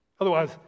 Otherwise